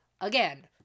again